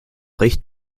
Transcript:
recht